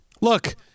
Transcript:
Look –